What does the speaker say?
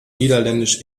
niederländisch